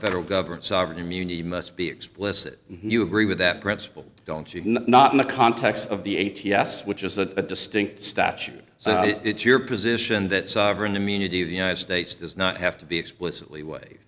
federal government sovereign immunity must be explicit and you agree with that principle don't you not in the context of the a t s which is a distinct statute so it's your position that sovereign immunity the united states does not have to be explicitly way